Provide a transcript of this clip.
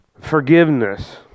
Forgiveness